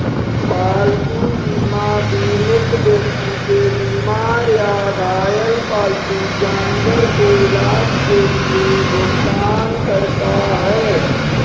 पालतू बीमा बीमित व्यक्ति के बीमार या घायल पालतू जानवर के इलाज के लिए भुगतान करता है